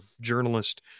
journalist